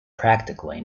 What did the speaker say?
practically